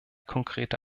konkrete